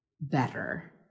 better